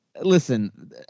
listen